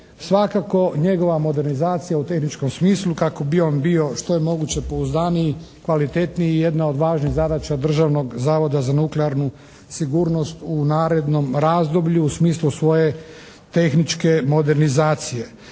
Svakako njegova modernizacija u tehničkom smislu kako bi on bio što je moguće pouzdaniji, kvalitetniji je jedna od važnijih zadaća Državnog zavoda za nuklearnu sigurnost u narednom razdoblju u smislu svoje tehničke modernizacije.